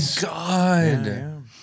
god